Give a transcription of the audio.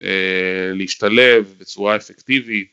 להשתלב בצורה אפקטיבית.